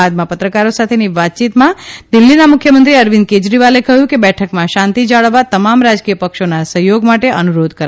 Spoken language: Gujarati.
બાદમાં પત્રકારો સાથેની વાતચીતમાં દિલ્ફીના મુખ્યમંત્રી અરવિંદ કેજરીવાલે કહ્યું કે બેઠકમાં શાંતિ જાળવવા તમામ રાજકીય પક્ષોના સહયોગ માટે અનુરોધ કરાયો છે